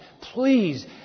Please